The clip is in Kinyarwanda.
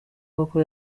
koko